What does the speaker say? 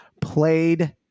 played